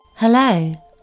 Hello